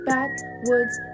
Backwoods